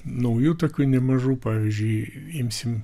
naujų tokių nemažų pavyzdžiui imsim